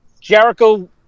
Jericho